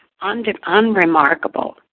unremarkable